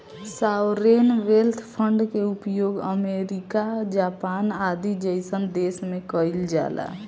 sovereign wealth fund के उपयोग America Japan आदि जईसन देश में कइल जाला